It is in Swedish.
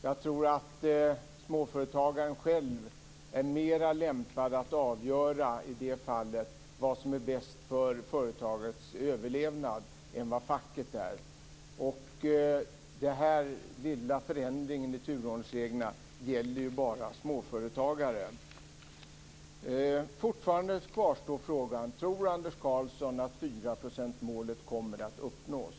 Jag tror att småföretagaren själv i detta fall är mer lämpad att avgöra vad som är bäst för företagets överlevnad än vad facket är, och denna lilla förändring i turordningsreglerna gäller ju bara småföretagare. Fortfarande kvarstår frågan: Tror Anders Karlsson att fyraprocentsmålet kommer att uppnås?